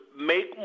Make